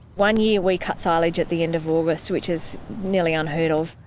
one year we cut silage at the end of august, which is nearly unheard of.